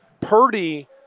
Purdy